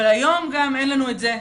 אבל היום אין לנו גם את זה.